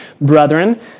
brethren